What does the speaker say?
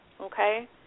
okay